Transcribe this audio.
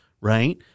right